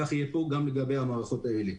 וכך יהיה פה גם לגבי המערכות האלה.